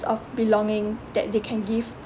of belonging that they can give